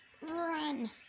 Run